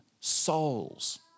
souls